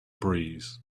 breeze